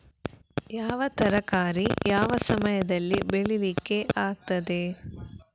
ಯಾವ ತರಕಾರಿ ಯಾವ ಸಮಯದಲ್ಲಿ ಬೆಳಿಲಿಕ್ಕೆ ಆಗ್ತದೆ?